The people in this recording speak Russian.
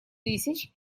тысяч